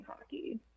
hockey